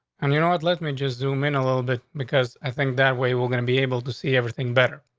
and you know what let me just zoom in a little bit because i think that way we're gonna be able to see everything better.